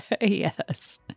Yes